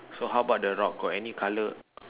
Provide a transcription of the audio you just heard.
so how about the rock got any colour